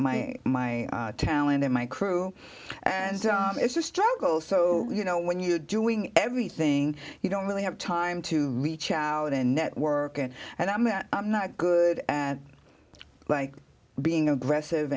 my my my talent and my crew and it's a struggle so you know when you're doing everything you don't really have time to reach out and network and and i mean i'm not good at like being aggressive